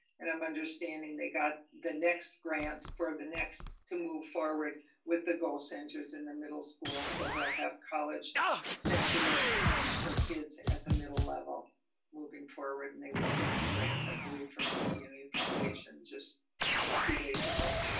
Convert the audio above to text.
and i'm understanding they got the next grant for the next to move forward with the goal centers in the middle school, so they'll have college centers for kids at the middle level moving forward and they received the grant, i believe from the community and foundations as of two days ago.